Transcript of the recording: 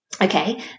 Okay